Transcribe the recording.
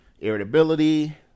irritability